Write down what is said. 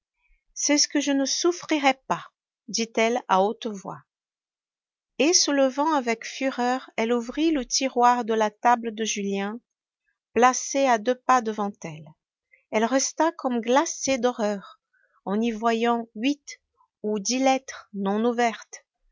c'est ce que je ne souffrirai pas dit-elle à haute voix et se levant avec fureur elle ouvrit le tiroir de la table de julien placée à deux pas devant elle elle resta comme glacée d'horreur en y voyant huit ou dix lettres non ouvertes